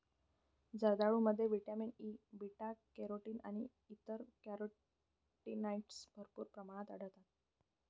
जर्दाळूमध्ये vitamin A, beta carotene आणि इतर कॅरोटीनॉइड्स भरपूर प्रमाणात असतात